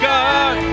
God